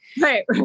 Right